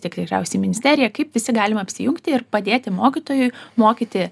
tikriausiai ministerija kaip visi galime apsijungti ir padėti mokytojui mokyti